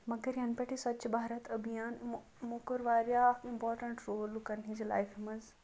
مگر یَنہٕ پیٚٹھٕ یہِ سوچھ بھارت أبھیان یِمو کٔر واریاہ اکھ اِمپاٹَنٹ رول لُکَن ہٕنٛدِ لایفہِ مَنٛز